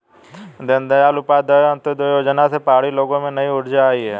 दीनदयाल उपाध्याय अंत्योदय योजना से पहाड़ी लोगों में नई ऊर्जा आई है